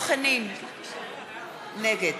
נגד